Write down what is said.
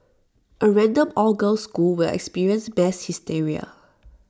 A random all girls school will experience mass hysteria